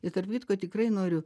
ir tarp kitko tikrai noriu